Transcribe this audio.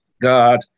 God